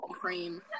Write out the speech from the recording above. cream